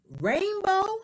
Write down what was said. Rainbow